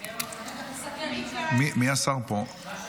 השר פה?